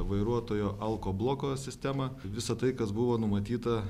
vairuotojo alko bloko sistemą visa tai kas buvo numatyta